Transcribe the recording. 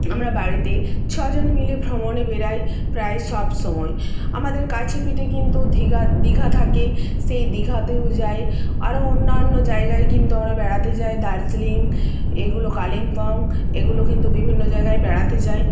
আমরা বাড়িতে ছজন মিলে ভ্রমণে বেড়াই প্রায় সব সময় আমাদের কাছে পিঠে কিন্তু ধীঘা দীঘা থাকে সেই দীঘাতেও যাই আরো অন্যান্য জায়গায় কিন্তু আমরা বেড়াতে যাই দার্জিলিং এইগুলো কালিম্পং এগুলো কিন্তু বিভিন্ন জায়গায় বেড়াতে যাই